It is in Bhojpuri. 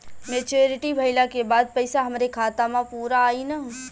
मच्योरिटी भईला के बाद पईसा हमरे खाता म पूरा आई न?